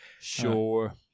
Sure